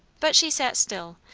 but she sat still,